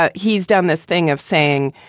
ah he's done this thing of saying,